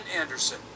Anderson